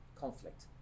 conflict